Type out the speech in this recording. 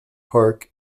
park